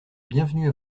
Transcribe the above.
bienvenue